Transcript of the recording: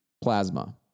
Plasma